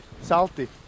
salty